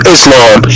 Islam